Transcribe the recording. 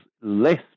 less